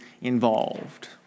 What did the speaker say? involved